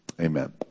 Amen